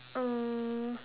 um